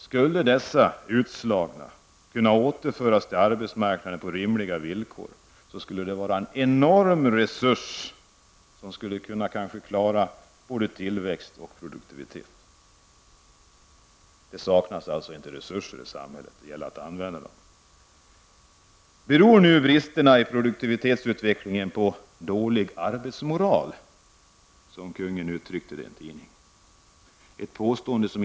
Skulle dessa utslagna kunna återföras till arbetsmarknaden på rimliga villkor, skulle det innebära en enorm resurs och vi skulle kanske kunna klara både tillväxten och produktivitetsutvecklingen. Det saknas inte resurser i samhället, men det gäller att använda dem. Beror nu bristerna i produktivitetsutvecklingen på dålig arbetsmoral, som kungen uttryckte det i en tidningsartikel?